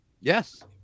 Yes